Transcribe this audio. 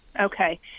okay